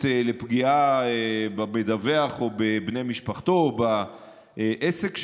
לפגיעה במדווח או בבני משפחתו או בעסק שלו.